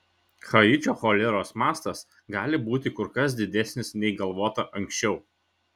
haičio choleros mastas gali būti kur kas didesnis nei galvota anksčiau